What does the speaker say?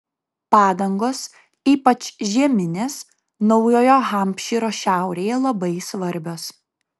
padangos ypač žieminės naujojo hampšyro šiaurėje labai svarbios